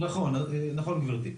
נכון גברתי,